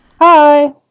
hi